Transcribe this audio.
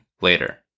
later